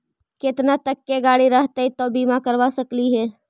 केतना तक के गाड़ी रहतै त बिमा करबा सकली हे?